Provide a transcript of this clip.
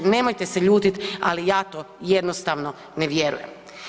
Nemojte se ljutit ali ja to jednostavno ne vjerujem.